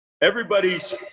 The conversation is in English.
everybody's